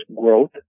growth